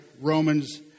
Romans